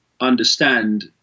understand